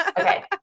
Okay